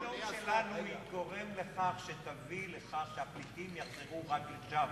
מדינת לאום שלנו היא גורם שיביא לכך שהפליטים יחזרו רק לשם,